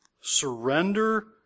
Surrender